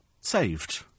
saved